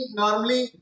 normally